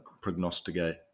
prognosticate